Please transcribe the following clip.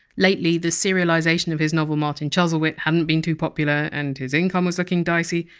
lately the serialisation of his novel martin chuzzlewit hadn't been too popular and his income was looking dicey,